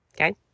okay